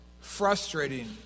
frustrating